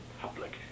public